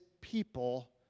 people